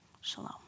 Shalom